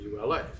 ULA